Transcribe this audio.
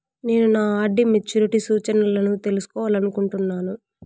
నేను నా RD maturity సూచనలను తెలుసుకోవాలనుకుంటున్నాను